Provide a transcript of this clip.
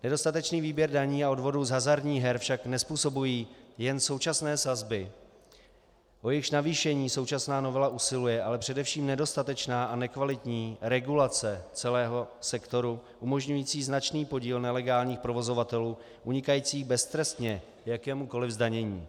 Nedostatečný výběr daní a odvodů z hazardních her však nezpůsobují jen současné sazby, o jejichž navýšení současná novela usiluje, ale především nedostatečná a nekvalitní regulace celého sektoru umožňující značný podíl nelegálních provozovatelů unikajících beztrestně jakémukoli zdanění.